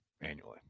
annually